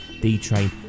D-Train